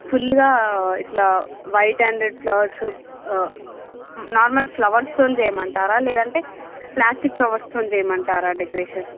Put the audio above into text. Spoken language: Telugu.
ఫుల్గా ఇలా white and red flowers normal ఫ్లవర్స్తో చెయ్యమంటారా లేదు అంటే ప్లాస్టిక్ ఫ్లవర్స్తో చెయ్యమంటారా డెకరేషన్